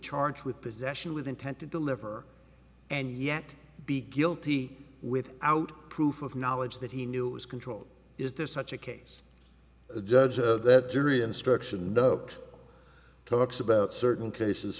charged with possession with intent to deliver and yet be guilty without proof of knowledge that he knew is controlled is this such a case the judge of that jury instruction duck talks about certain cases